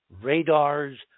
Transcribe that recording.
radars